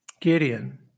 Gideon